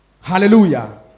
Hallelujah